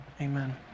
amen